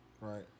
Right